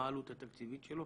מה העלות התקציבית שלו?